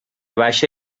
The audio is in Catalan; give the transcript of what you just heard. baixa